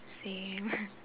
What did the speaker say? same